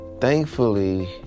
thankfully